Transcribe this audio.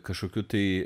kažkokiu tai